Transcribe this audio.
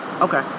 Okay